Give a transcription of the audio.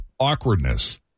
awkwardness